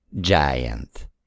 Giant